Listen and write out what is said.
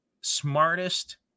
smartest